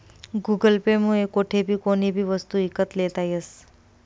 Google Pay मुये कोठेबी कोणीबी वस्तू ईकत लेता यस